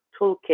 toolkit